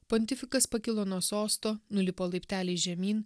pontifikas pakilo nuo sosto nulipo laipteliais žemyn